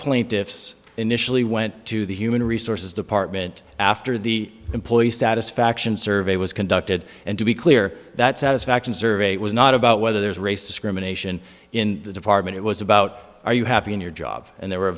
plaintiffs initially went to the human resources department after the employee satisfaction survey was conducted and to be clear that satisfaction survey was not about whether there is race discrimination in the department it was about are you happy in your job and there were